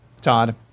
Todd